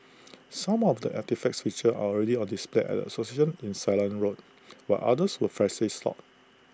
some of the artefacts featured already on display at the association in Ceylon road while others were freshly sought